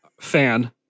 Fan